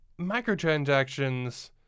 microtransactions